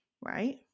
right